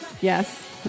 yes